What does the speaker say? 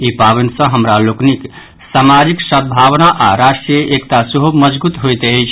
ई पावनि सँ हमरा लोकनिक सामाजिक सद्भावना आओर राष्ट्रीय एकता सेहो मजगूत होयत अछि